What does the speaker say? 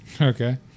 okay